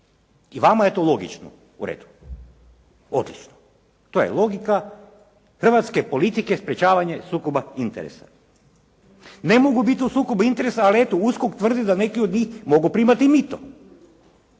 I vama je to logično. U redu, odlično, to je logika hrvatske politike sprečavanja sukoba interesa. Ne mogu biti u sukobu interesa, ali eto USKOK tvrdi da neki od njih mogu primati mito.